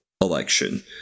election